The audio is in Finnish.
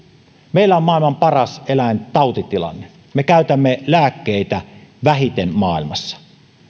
meillä on maailman paras eläintautitilanne me käytämme lääkkeitä vähiten maailmassa